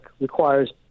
requires